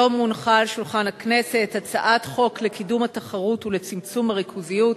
היום הונחה על שולחן הכנסת הצעת חוק לקידום התחרות ולצמצום הריכוזיות,